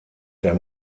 der